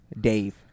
Dave